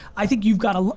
i think you've got a,